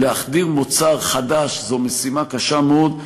להחדיר מוצר חדש זה משימה קשה מאוד.